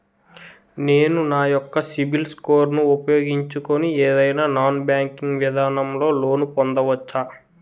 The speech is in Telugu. నేను నా యెక్క సిబిల్ స్కోర్ ను ఉపయోగించుకుని ఏదైనా నాన్ బ్యాంకింగ్ విధానం లొ లోన్ పొందవచ్చా?